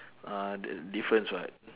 uh the difference [what]